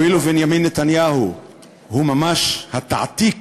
הואיל ובנימין נתניהו הוא ממש ההעתק